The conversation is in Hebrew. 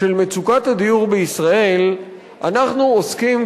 של מצוקת הדיור בישראל אנחנו עוסקים,